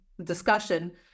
discussion